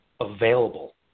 available